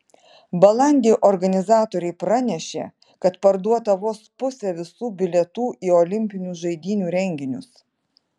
balandį organizatoriai pranešė kad parduota vos pusė visų bilietų į olimpinių žaidynių renginius